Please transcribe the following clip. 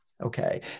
Okay